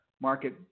Market